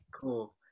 Cool